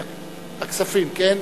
הכספים, כן?